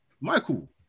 Michael